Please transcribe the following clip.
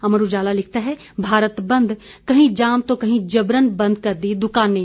अमर उजाला लिखता है भारत बंद कहीं जाम तो कहीं जबरन बंद कर दी दुकानें